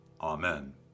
Amen